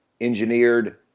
engineered